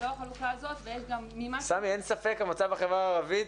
אין ספק, המצב בחברה הערבית,